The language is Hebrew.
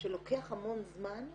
שלוקח המון זמן,